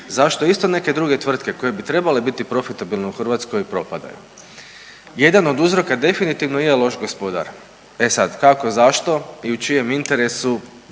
zašto isto neke druge tvrtke koje bi trebale biti profitabilne u Hrvatskoj propadaju? Jedan od uzroka definitivno je loš gospodar, e sad kako, zašto i u čijem interesu